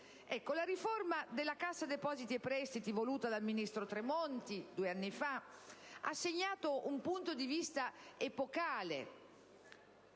La riforma della Cassa depositi e prestiti, voluta dal ministro Tremonti due anni fa, ha segnato un passaggio epocale,